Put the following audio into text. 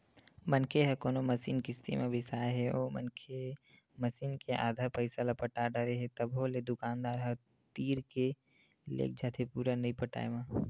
मनखे ह कोनो मसीन किस्ती म बिसाय हे ओ मनखे मसीन के आधा पइसा ल पटा डरे हे तभो ले दुकानदार ह तीर के लेग जाथे पुरा नइ पटाय म